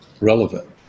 relevant